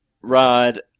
Rod